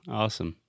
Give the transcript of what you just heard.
awesome